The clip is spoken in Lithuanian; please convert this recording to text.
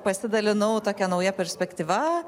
pasidalinau tokia nauja perspektyva